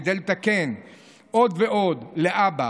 כדי לתקן עוד ועוד להבא.